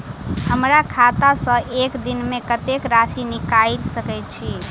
हमरा खाता सऽ एक दिन मे कतेक राशि निकाइल सकै छी